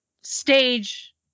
stage